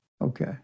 Okay